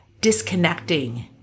disconnecting